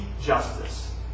justice